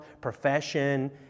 profession